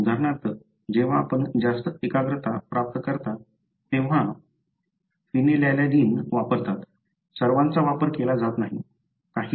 उदाहरणार्थ जेव्हा आपण जास्त एकाग्रता प्राप्त करता तेव्हा फेनिलॅलॅनिन वापरतात सर्वांचा वापर केला जात नाही